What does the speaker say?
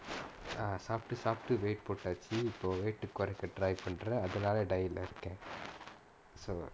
ah சாப்பிட்டு சாப்பிட்டு:saappittu saappittu weight போட்டாச்சு இப்போ:pottaachchu ippo weight குறைக்க:kuraikka try பண்ற அதுனால:pandra athunaala diet leh இருக்கேன்:irukkaen so